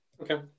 Okay